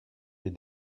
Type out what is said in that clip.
des